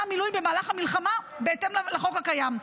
המילואים במהלך המלחמה בהתאם לחוק הקיים.